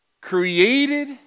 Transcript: Created